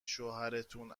شوهرتون